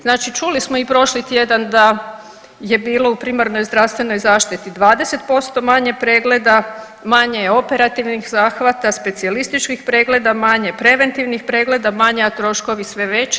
Znači, čuli smo i prošli tjedan da je bilo u primarnoj zdravstvenoj zaštiti 20% manje pregleda, manje operativnih zahvata, specijalističkih pregleda manje, preventivnih pregleda manje, a troškovi sve veći.